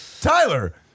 Tyler